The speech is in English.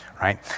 Right